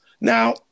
Now